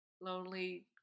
lonely